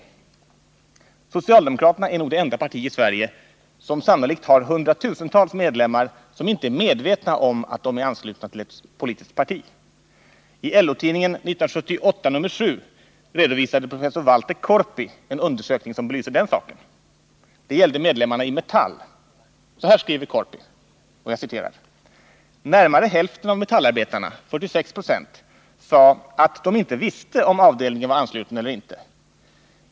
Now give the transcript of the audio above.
Socialdemokraterna är nog det enda parti i Sverige som sannolikt har hundratusentals medlemmar som inte är medvetna om att de är anslutna till ett politiskt parti. I LO-tidningen 1978:7 redovisade professor Walter Korpi en undersökning som belyser den saken. Det gällde medlemmarna i Metall. Så här skriver Korpi: ” Närmare hälften av metallarbetarna, 46 procent, sade att de inte visste om avdelningen var ansluten eller inte.